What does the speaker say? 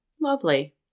Lovely